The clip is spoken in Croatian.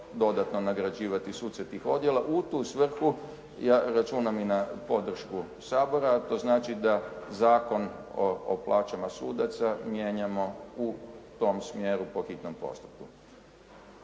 dodatno nagrađivati suce tih odjela. U tu svrhu ja računam i na podršku Sabora, a to znači da Zakon o plaćama sudaca mijenjamo u tom smjeru po hitnom postupku.